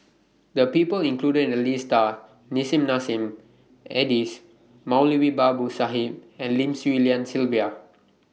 The People included in The list Are Nissim Nassim Adis Moulavi Babu Sahib and Lim Swee Lian Sylvia